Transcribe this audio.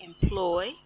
employ